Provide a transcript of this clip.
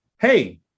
Hey